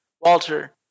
Walter